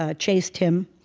ah chased him.